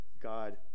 God